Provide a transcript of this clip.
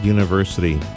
University